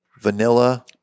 vanilla